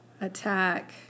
attack